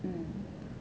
hmm